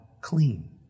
clean